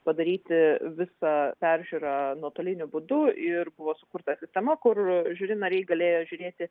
padaryti visą peržiūrą nuotoliniu būdu ir buvo sukurta sistema kur žiuri nariai galėjo žiūrėti